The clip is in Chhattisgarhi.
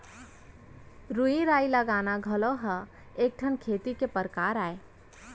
रूख राई लगाना घलौ ह एक ठन खेती के परकार अय